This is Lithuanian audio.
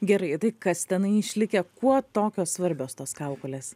gerai tai kas tenai išlikę kuo tokios svarbios tos kaukolės